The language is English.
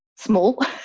small